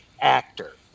actor